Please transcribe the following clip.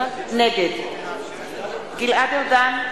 נגד גלעד ארדן,